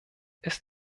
ist